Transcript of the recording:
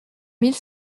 mille